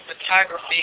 Photography